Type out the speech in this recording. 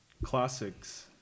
Classics